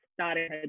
started